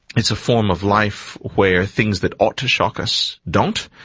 it's a form of life where things that ought to shock us don't.